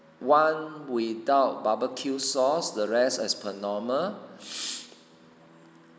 one without barbecue sauce the rest as per normal